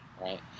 right